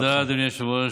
תודה, אדוני היושב-ראש.